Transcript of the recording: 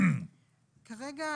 כרגע,